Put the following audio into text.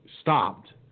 stopped